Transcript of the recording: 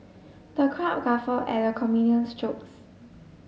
the crowd guffawed at the comedian's jokes